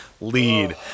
lead